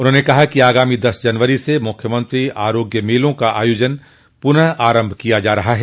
उन्होंने कहा कि आगामी दस जनवरी से मुख्यमंत्री आरोग्य मेलों का आयोजन पुनः प्रारम्भ किया जा रहा है